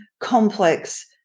complex